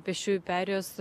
pėsčiųjų perėjos